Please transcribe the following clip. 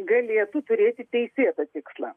galėtų turėti teisėtą tikslą